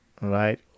right